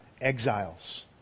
exiles